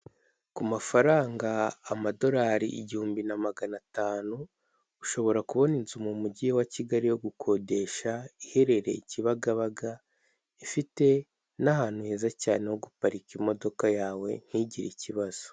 Ku mafaranga amadorari igihumbi na magana atanu ushobora kubona inzu mu mujyi wa kigali yo gukodesha, iherereye Kibagabaga ifite n'ahantu heza cyane ho guparika imodoka yawe ntigire ikibazo.